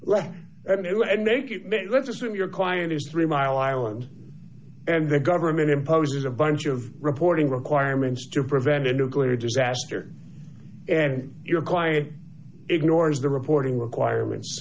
revenue and make it let's assume your client is three mile island and the government imposes a bunch of reporting requirements to prevent a nuclear disaster and your client ignores the reporting requirements